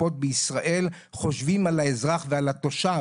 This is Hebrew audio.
קופות החולים בישראל חושבות על האזרח ועל התושב